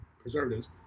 preservatives